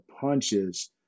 punches